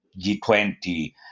G20